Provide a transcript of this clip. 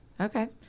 Okay